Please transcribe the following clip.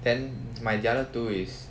then my the other two is